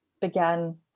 Began